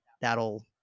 that'll